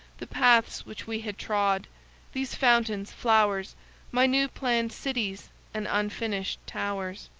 the paths which we had trod these fountains, flowers my new planned cities and unfinished towers.